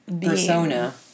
persona